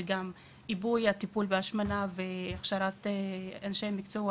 לעיבוי הטיפול בהשמנה ולהכשרת אנשי מקצוע